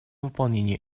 выполнения